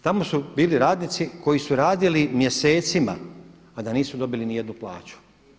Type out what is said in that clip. Tamo su bili radnici koji su radili mjesecima a da nisu dobili nijednu plaću.